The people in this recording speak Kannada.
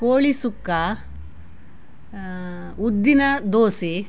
ಕೋಳಿ ಸುಕ್ಕ ಉದ್ದಿನ ದೋಸೆ